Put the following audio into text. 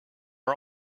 are